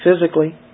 physically